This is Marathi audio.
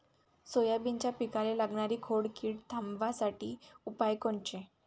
सोयाबीनच्या पिकाले लागनारी खोड किड थांबवासाठी उपाय कोनचे?